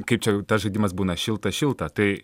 kaip čia tas žaidimas būna šilta šilta tai